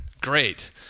great